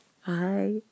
hi